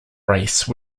race